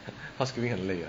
housekeeping 很累的